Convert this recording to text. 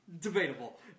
Debatable